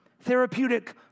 therapeutic